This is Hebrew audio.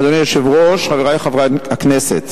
אדוני היושב-ראש, חברי חברי הכנסת,